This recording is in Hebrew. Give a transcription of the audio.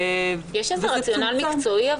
וזה צומצם --- יש רציונל מקצועי?